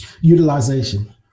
Utilization